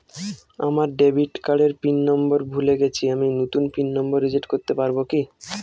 আমার ডেবিট কার্ডের pin number ভুলে গেছি আমি নূতন পিন নম্বর রিসেট করতে পারবো কি?